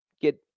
get